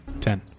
Ten